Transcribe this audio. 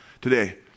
today